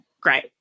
great